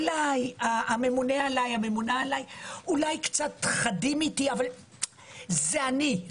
אולי הממונה עליי קצת חדים איתי אבל זה אני.